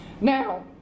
Now